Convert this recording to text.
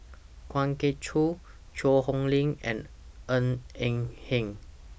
Kwa Geok Choo Cheang Hong Lim and Ng Eng Hen